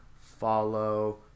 follow